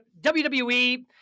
WWE